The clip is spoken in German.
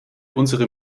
unsere